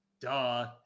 duh